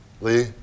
Lee